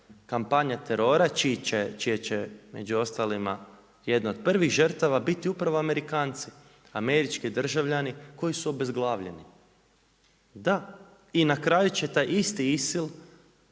kampanja terora čije će među ostalima jedna od prvih žrtava biti upravo Amerikanci, američki državljani koji su obezglavljeni. Da i na kraju će taj isti ISIL